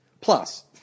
Plus